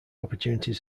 opportunities